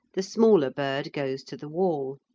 the smaller bird goes to the wall.